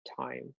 time